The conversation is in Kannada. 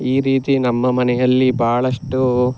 ಈ ರೀತಿ ನಮ್ಮ ಮನೆಯಲ್ಲಿ ಬಹಳಷ್ಟು